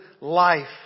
life